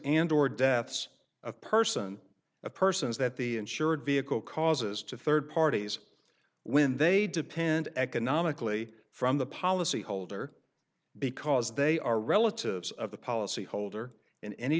and or deaths of person of persons that the insured vehicle causes to third parties when they depend economically from the policy holder because they are relatives of the policy holder in any